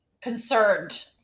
concerned